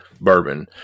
bourbon